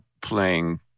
playing